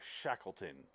Shackleton